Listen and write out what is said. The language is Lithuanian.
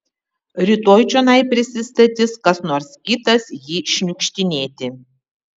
rytoj čionai prisistatys kas nors kitas jį šniukštinėti